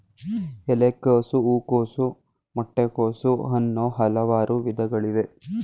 ಎಲೆಕೋಸು, ಹೂಕೋಸು, ಮೊಟ್ಟೆ ಕೋಸು, ಅನ್ನೂ ಹಲವಾರು ವಿಧಗಳಿವೆ